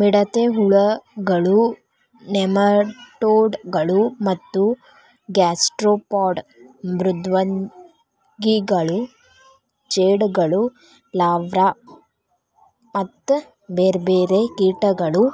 ಮಿಡತೆ ಹುಳಗಳು, ನೆಮಟೋಡ್ ಗಳು ಮತ್ತ ಗ್ಯಾಸ್ಟ್ರೋಪಾಡ್ ಮೃದ್ವಂಗಿಗಳು ಜೇಡಗಳು ಲಾರ್ವಾ ಮತ್ತ ಬೇರ್ಬೇರೆ ಕೇಟಗಳು